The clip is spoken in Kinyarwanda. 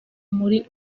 muri